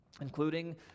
including